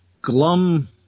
Glum